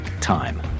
time